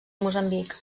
moçambic